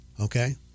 okay